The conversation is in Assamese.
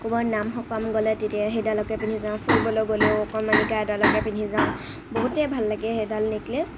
ক'ৰবাৰ নাম সকাম গ'লে তেতিয়া সেইডালকে পিন্ধি যাওঁ ফুৰিবলৈ গ'লেও অকণমান সেইডালকে পিন্ধি যাওঁ বহুতেই ভাল লাগে সেইডাল নেকলেছ